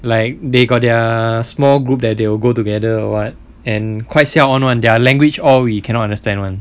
like they got their small group that they will go together or what and quite on [one] their language all we cannot understand [one]